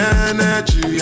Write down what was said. energy